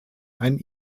ein